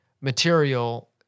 material